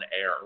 air